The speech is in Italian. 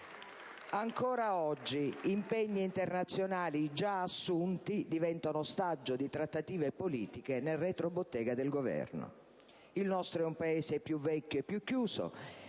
Ancora oggi, impegni internazionali già assunti diventano ostaggio di trattative politiche nel retrobottega del Governo. Il nostro è un Paese più vecchio e più chiuso.